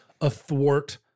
athwart